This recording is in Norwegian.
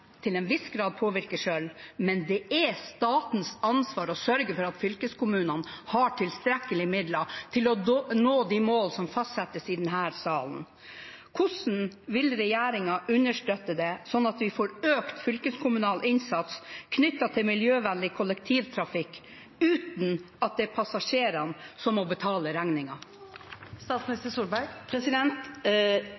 til en viss grad påvirke selv, men det er statens ansvar å sørge for at fylkeskommunene har tilstrekkelige midler til å nå de målene som fastsettes i denne salen. Hvordan vil regjeringen understøtte dette slik at vi får økt fylkeskommunal innsats knyttet til miljøvennlig kollektivtrafikk uten at det er passasjerene som må betale